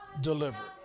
delivered